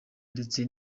ndetse